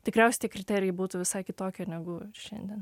tikriausiai kriterijai būtų visai kitokie negu šiandien